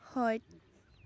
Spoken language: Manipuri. ꯍꯣꯏ